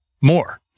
more